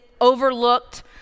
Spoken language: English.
overlooked